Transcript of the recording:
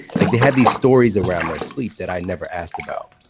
like they had these stories around their sleep that i never asked about.